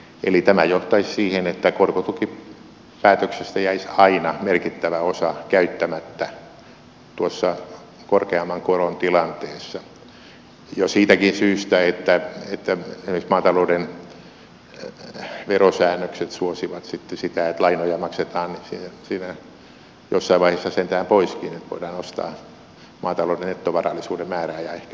eli tämä johtaisi siihen että korkotukipäätöksestä jäisi aina merkittävä osa käyttämättä tuossa korkeamman koron tilanteessa jo siitäkin syystä että esimerkiksi maatalouden verosäännökset suosivat sitä että lainoja maksetaan jossain vaiheessa sentään poiskin että voidaan nostaa maatalouden nettovarallisuuden määrää ja ehkä pääomatuloisuutta